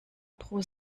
pro